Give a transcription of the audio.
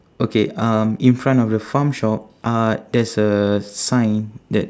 okay um in front of the farm shop uh there's a sign that